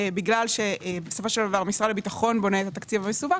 בגלל שבסופו של דבר משרד הביטחון בונה את התקציב המסווג,